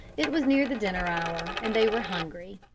it was near the dinner-hour, and they were hungry.